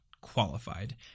qualified